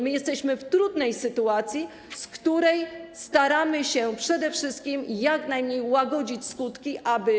My jesteśmy w trudnej sytuacji, w której staramy się przede wszystkim jak najbardziej łagodzić skutki, aby rodziny.